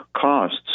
costs